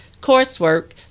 coursework